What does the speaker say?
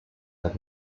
have